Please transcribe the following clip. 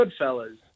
Goodfellas